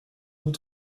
vous